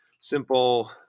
Simple